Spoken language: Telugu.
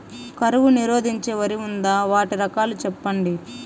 కరువు నిరోధించే వరి ఉందా? వాటి రకాలు చెప్పండి?